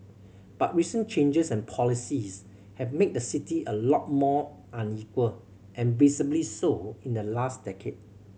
but recent changes and policies have made the city a lot more unequal and visibly so in the last decade